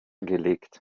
gelegt